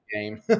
game